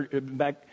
back